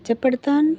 മെച്ചപ്പെടുത്താൻ